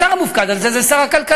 השר המופקד על זה הוא שר הכלכלה.